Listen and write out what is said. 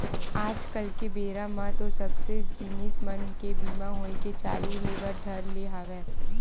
आज कल के बेरा म तो सबे जिनिस मन के बीमा होय के चालू होय बर धर ले हवय